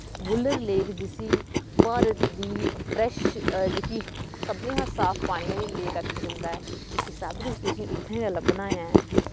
Buhler लोक जिस्सी भारत दी फ्रैश जेह्की सबने हा साफ पानी आह्ली लेक आक्खेआ जंदा ऐ एह् सब किश तुसें गी उत्थे गै लब्भना ऐ